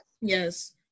Yes